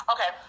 Okay